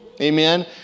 Amen